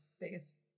biggest